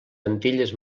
antilles